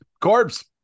Corpse